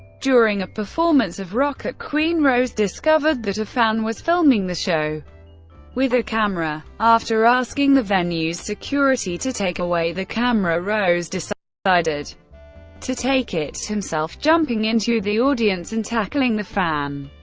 during a performance of rocket queen, rose discovered that a fan was filming the show with a camera. after asking the venue's security to take away the camera, rose decided to take it himself, jumping into the audience and tackling the fan.